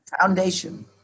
foundation